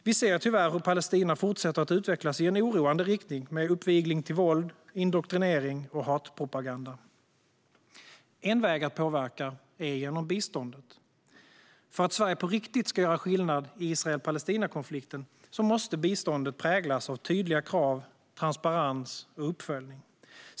Vi ser tyvärr hur Palestina fortsätter att utvecklas i en oroande riktning med uppvigling till våld, indoktrinering och hatpropaganda. En väg att påverka är med hjälp av biståndet. För att Sverige på riktigt ska göra skillnad i Israel-Palestina-konflikten måste biståndet präglas av tydliga krav, transparens och uppföljning.